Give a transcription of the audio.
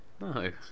No